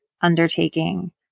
undertaking